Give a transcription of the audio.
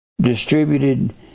distributed